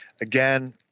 Again